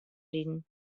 riden